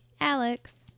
Alex